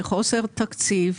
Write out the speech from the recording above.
בחוסר תקציב.